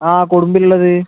ആ കുടുംബം ഉള്ളത്